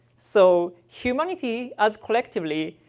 so humanity, as collectively,